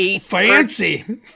fancy